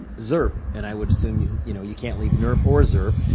zirp. and i would assume you know you can't leave nirp or zirp.